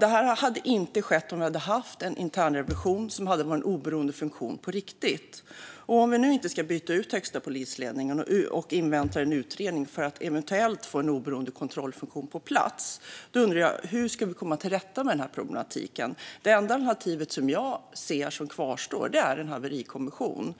Det hade inte skett om vi hade haft en internrevision som var en oberoende funktion på riktigt. Om vi nu inte ska byta ut högsta polisledningen och ska invänta en utredning för att eventuellt få en oberoende kontrollfunktion på plats undrar jag hur vi ska komma till rätta med problematiken. Det enda alternativ som jag ser kvarstår är en haverikommission.